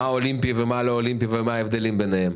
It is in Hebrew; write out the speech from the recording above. מה אולימפי ומה לא ומה ההבדלים ביניהם,